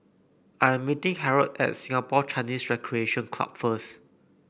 I am meeting Harrold at Singapore Chinese Recreation Club first